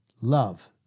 Love